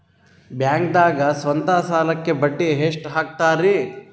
ಬ್ಯಾಂಕ್ದಾಗ ಸ್ವಂತ ಸಾಲಕ್ಕೆ ಬಡ್ಡಿ ಎಷ್ಟ್ ಹಕ್ತಾರಿ?